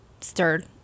stirred